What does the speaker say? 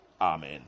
amen